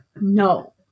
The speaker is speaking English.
No